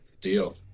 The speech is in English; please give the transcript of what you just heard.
Deal